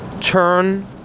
turn